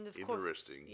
Interesting